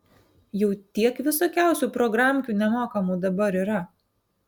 jau tiek visokiausių programkių nemokamų dabar yra